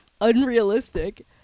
unrealistic